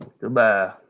Goodbye